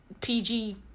pg